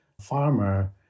farmer